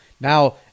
Now